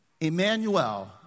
Emmanuel